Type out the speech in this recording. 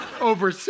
over